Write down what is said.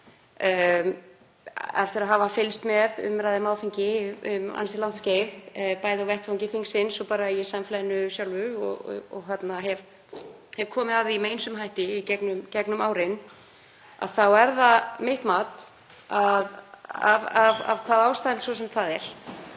Eftir að hafa fylgst með umræðu um áfengi um ansi langt skeið, bæði á vettvangi þingsins og í samfélaginu sjálfu, og ég hef sjálf komið að því með ýmsum hætti í gegnum árin, þá er það mitt mat, af hvaða ástæðum svo sem það er,